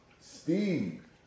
Steve